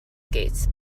skates